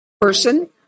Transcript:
person